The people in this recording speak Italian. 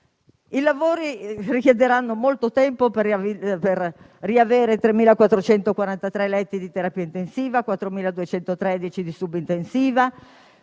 I lavori richiederanno molto tempo prima di garantire 3.443 letti di terapia intensiva e 4.213 di subintensiva.